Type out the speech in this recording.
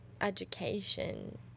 education